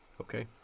Okay